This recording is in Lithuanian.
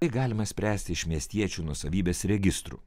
tai galima spręsti iš miestiečių nuosavybės registrų